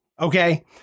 Okay